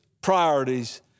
priorities